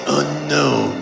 unknown